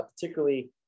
particularly